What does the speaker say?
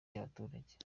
y’abaturage